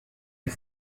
est